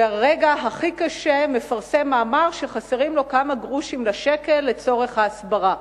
ברגע הכי קשה מפרסם מאמר שחסרים כמה גרושים לשקל לצורך ההסברה.